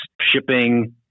shipping